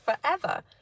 forever